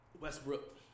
Westbrook